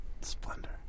Splendor